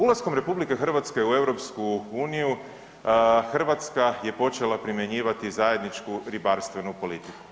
Ulaskom RH u EU Hrvatska je počela primjenjivati zajedničku ribarstvenu politiku.